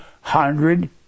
hundred